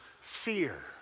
fear